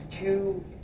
two